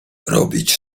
robić